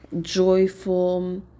joyful